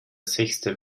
sechste